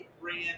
brand